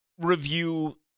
review